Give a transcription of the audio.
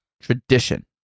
tradition